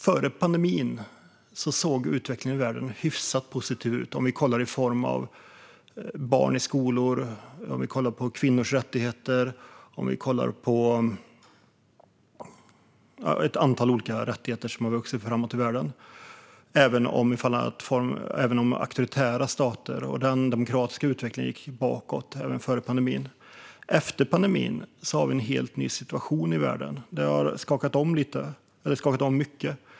Före pandemin såg utvecklingen i världen hyfsat positiv ut sett till barn i skolor, kvinnors rättigheter och ett antal andra rättigheter som har vuxit fram, trots auktoritära stater och trots att den demokratiska utvecklingen gick bakåt även före pandemin. Efter pandemin har vi en helt ny situation i världen; den har skakat om mycket.